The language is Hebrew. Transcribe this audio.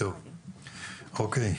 טוב, אוקיי.